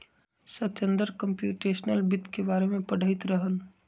Satender computational वित्त के बारे में पढ़ईत रहन